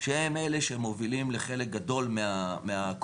שהם אלה שמובילים לחלק גדול מהקורבנות.